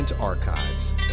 Archives